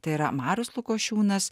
tai yra marius lukošiūnas